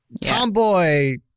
Tomboy